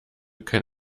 kein